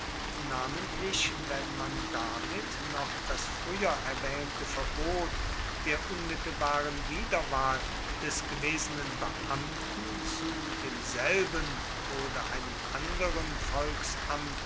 namentlich wenn man damit noch das früher erwähnte verbot der unmittelbaren wiederwahl des gewesenen beamten zu demselben oder einem anderen